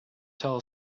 tell